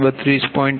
8 છે